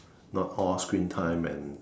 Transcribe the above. not all screen time and